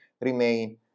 remain